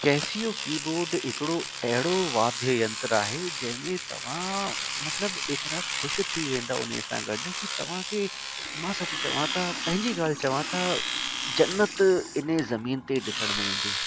Casio keyboard हिकिड़ो अहिड़ो वाद्य यंत्र आहे जंहिं में तव्हां मतलबु एतिरा ख़ुशि थी वेंदा उनसां गॾ कि तव्हांखे मां सच चवां त पंहिंजी गाल्हि चवां त जन्नत इन ज़मीन ते ॾिसण में ईंदी